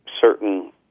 certain